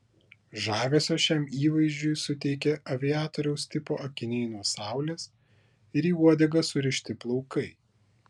žavesio šiam įvaizdžiui suteikė aviatoriaus tipo akiniai nuo saulės ir į uodegą surišti plaukai